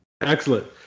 Excellent